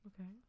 Okay